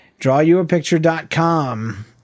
DrawYouAPicture.com